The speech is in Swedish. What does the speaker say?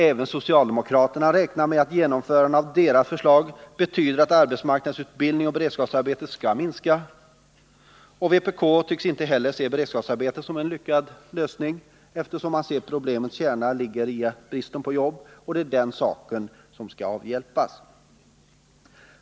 Även socialdemokraterna räknar med att genomförandet av deras förslag betyder att arbetsmarknadsutbildning och beredskapsarbete skall minska. Inte heller vpk tycks se beredskapsarbeten såsom en lyckad lösning, eftersom vpk anser att problemets kärna är bristen på jobb och att det är den saken som skall avhjälpas.